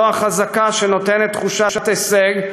זו החזקה שנותנת תחושת הישג,